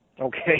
Okay